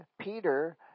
Peter